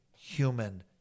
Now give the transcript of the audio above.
human